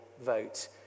vote